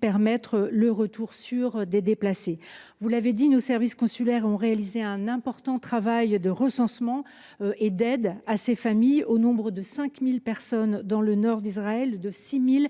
permettra le retour sûr des déplacés. Vous l’avez dit, nos services consulaires ont réalisé un important travail de recensement de ces familles, qui représentent 5 000 personnes dans le nord d’Israël et 6 000